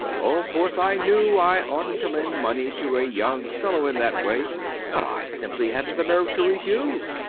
of course, i knew i oughtnt to lend money to a young fellow in that way but i simply hadnt the nerve to refuse.